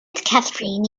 catherine